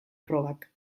probak